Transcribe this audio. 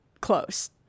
close